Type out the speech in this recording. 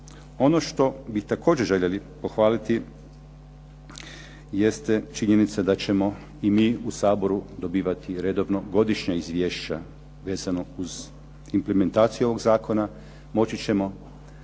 Ono što bi također željeli pohvaliti jeste činjenica da ćemo i mi u Saboru dobivati redovno godišnja izvješća vezano uz implementaciju ovog zakona. Moći ćemo